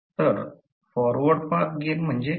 तर forward path gain म्हणजे काय